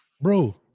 Bro